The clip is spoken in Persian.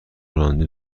راننده